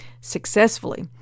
successfully